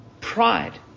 pride